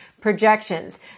projections